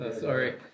Sorry